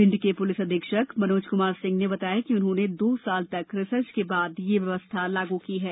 भिण्ड के पुलिस अधीक्षक मनोज कुमार सिंह ने बताया कि उन्होंने दो साल तक रिसर्च के बाद यह व्यवस्था लागू की है